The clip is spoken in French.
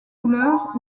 couleur